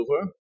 over